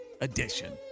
edition